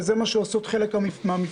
וזה מה שעושות חלק מהמפלגות,